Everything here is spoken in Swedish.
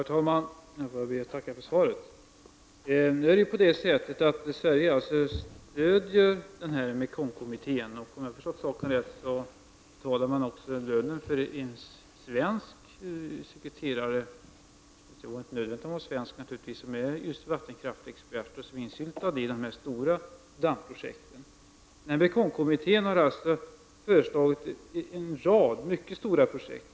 Herr talman! Jag ber att få tacka för svaret. Sverige stöder den här Mekongkommittén. Om jag förstått saken rätt betalar vi också lönen för en svensk sekreterare, som är vattenkraftsexpert och som är insyltad i de här stora dammprojekten. Mekongkommittén har alltså föreslagit en rad mycket stora projekt.